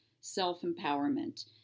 self-empowerment